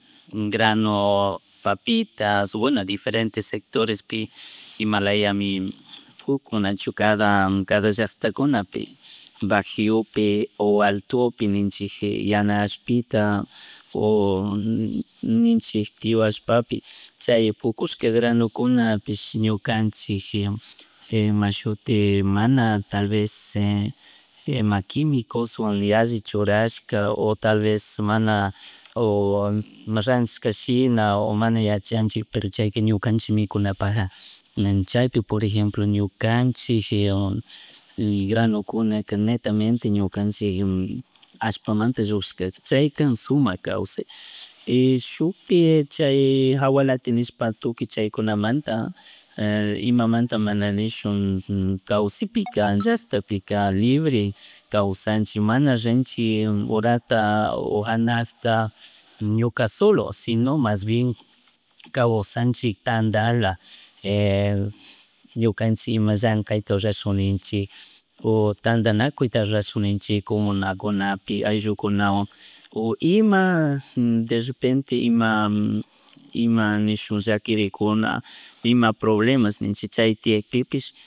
Grano papitas bueno diferentes sectorespi imalayami fukun nachu kada kada llacktakunapi o alto pi ninchik yana allpita o ninchik chay pukushka granokunapish ñukanchik ima shuti mana tal vez quimicoswan yalli churashka o tal vez mana o randishkashina o mana yachanchik pero chayka ñukanchik mikunapaja chaypi po r ejemplo ñukanchik granokunaka ñetamente ñukanchik allpamanta llushikshka chay kan shumak kawsay shukpi chay jawalati nishpa tukuy chaykunamanta imamanta mana nishun kawsaypika llacktapika libre kawshanchik mana rinchik urata o janakta ñuka solo sino mas bien, kawsanchik tandala ñukanchik ima llanckayta urashun ninchik o tandanakuyta rurashun ninchik comunakunapi, ayllu kuanawan o ima derrepente ima ima nishuk llaquirijuna ima problemas ninchi chay tiyakpipish